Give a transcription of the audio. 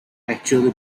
actually